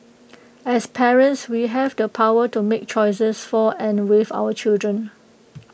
as parents we have the power to make choices for and with our children